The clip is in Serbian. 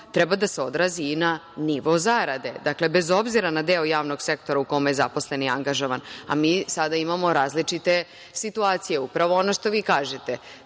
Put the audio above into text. treba da se odrazi i na nivo zarade, bez obzira na deo javnog sektora u kome je zaposleni angažovan, a mi sada imamo različite situacije, upravo ono što vi kažete,